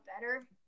better